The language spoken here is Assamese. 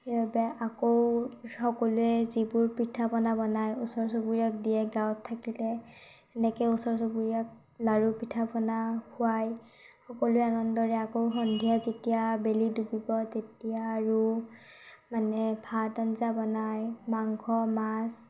সেইবাবে আকৌ সকলোৱে যিবোৰ পিঠা পনা বনায় ওচৰ চুবুৰীয়াক দিয়ে গাঁৱত থাকিলে এনেকৈ ওচৰ চুবুৰীয়াক লাড়ু পিঠা পনা খুৱায় সকলোৱে আনন্দৰে আকৌ সন্ধিয়া যেতিয়া বেলি ডুবিব তেতিয়া আৰু মানে ভাত আঞ্জা বনায় মাংস মাছ